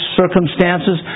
circumstances